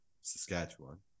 Saskatchewan